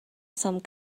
some